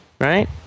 Right